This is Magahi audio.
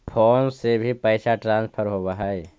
फोन से भी पैसा ट्रांसफर होवहै?